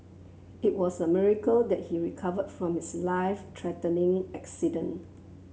it was a miracle that he recovered from his life threatening accident